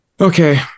Okay